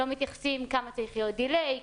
אין התייחסות לכמה דיליי צריך להיות,